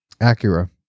Acura